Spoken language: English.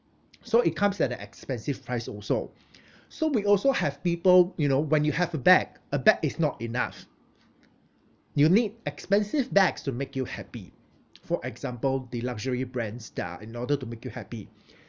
so it comes at an expensive price also so we also have people you know when you have a bag a bag is not enough you need expensive bags to make you happy for example the luxury brands dah in order to make you happy